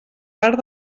part